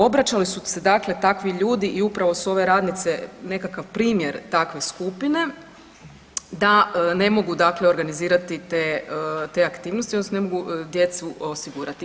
Obraćale su se takvi ljudi i upravo su ove radnice nekakav primjer takve skupine da ne mogu organizirati te aktivnosti odnosno ne mogu djecu osigurati.